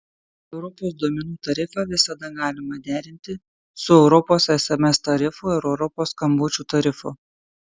europos duomenų tarifą visada galima derinti su europos sms tarifu ir europos skambučių tarifu